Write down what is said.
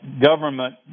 government